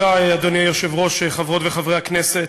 אדוני היושב-ראש, תודה, חברות וחברי הכנסת,